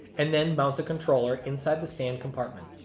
and then mount the controller inside the stand compartment.